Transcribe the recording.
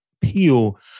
peel